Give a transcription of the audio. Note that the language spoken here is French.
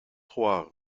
trois